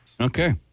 Okay